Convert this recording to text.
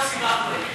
עכשיו סיבכת אותו.